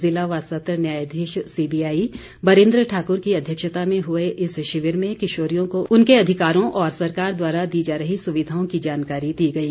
जिला व सत्र न्यायाधीश सीबीआई बरिन्द्र ठाक्र की अध्यक्षता में हुए इस शिविर में किशोरियों को उनके अधिकारों और सरकार द्वारा दी जा रही सुविधाओं की जानकारी दी गई